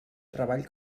treball